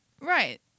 Right